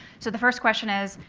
so the first question is,